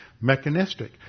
mechanistic